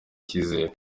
icyizere